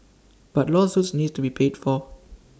but lawsuits need to be paid for